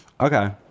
Okay